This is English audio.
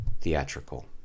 theatrical